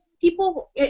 People